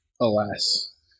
Alas